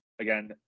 again